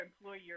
employer